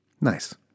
Nice